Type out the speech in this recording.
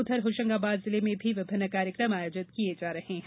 उधर होशंगाबाद जिले में भी विभिन्न कार्यक्रम आयोजित किये जा रहे है